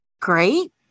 great